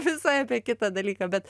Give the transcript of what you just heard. visai apie kitą dalyką bet